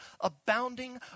abounding